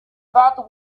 that